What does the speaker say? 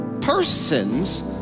persons